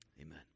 Amen